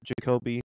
Jacoby